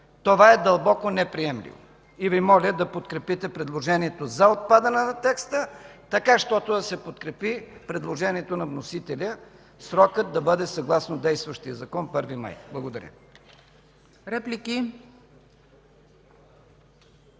Това е дълбоко неприемливо и Ви моля да подкрепите предложението за отпадане на текста, така щото да се подкрепи предложението на вносителя срокът да бъде съгласно действащия закон – 1 май. Благодаря.